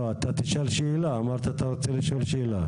לא, אתה תשאל שאלה, אמרת שאתה רוצה לשאול שאלה.